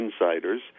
insiders